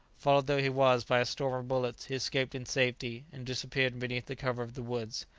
followed though he was by a storm of bullets, he escaped in safety, and disappeared beneath the cover of the woods.